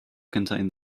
contain